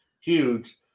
huge